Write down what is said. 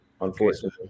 unfortunately